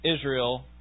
Israel